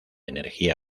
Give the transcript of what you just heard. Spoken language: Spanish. energía